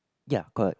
ya got